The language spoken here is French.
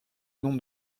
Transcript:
nom